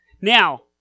Now